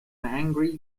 angry